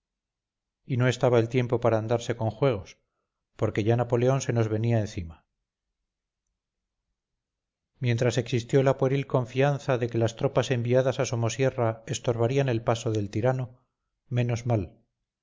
y no estaba el tiempo para andarse con juegos porque ya napoleón se nos venía encima mientras existió la pueril confianza de que las tropas enviadas a somosierra estorbarían el paso del tirano menos mal